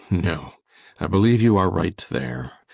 no i believe you are right there.